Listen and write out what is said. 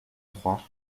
trois